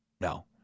No